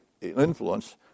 influence